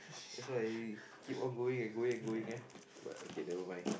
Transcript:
that's why you keep on going and going and going ah but okay never mind